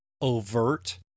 overt